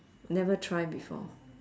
never try before